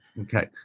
Okay